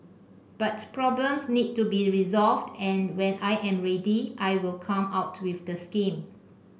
but problems need to be resolved and when I am ready I will come out with the scheme